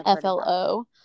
FLO